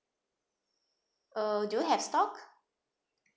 uh do you have stock